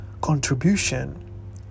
contribution